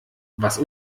was